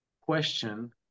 question